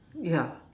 yeah